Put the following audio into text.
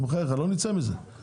הרי לא נצא מזה.